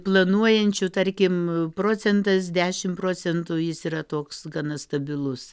planuojančių tarkim procentas dešim procentų jis yra toks gana stabilus